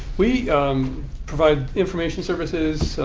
we provide information services,